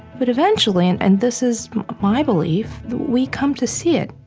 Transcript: but eventually and and this is my belief that we come to see it,